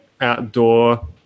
outdoor